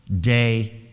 day